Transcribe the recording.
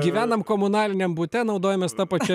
gyvenam komunaliniam bute naudojamės ta pačia